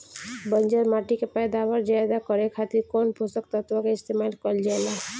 बंजर माटी के पैदावार ज्यादा करे खातिर कौन पोषक तत्व के इस्तेमाल कईल जाला?